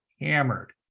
hammered